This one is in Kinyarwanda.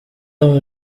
aho